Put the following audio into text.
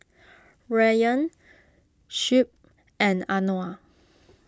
Rayyan Shuib and Anuar